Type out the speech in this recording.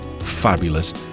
fabulous